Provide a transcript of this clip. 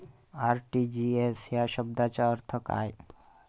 RTGS या शब्दाचा अर्थ काय?